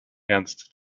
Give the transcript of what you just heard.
ernst